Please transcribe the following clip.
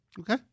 Okay